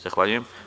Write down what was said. Zahvaljujem.